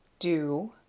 do?